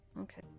okay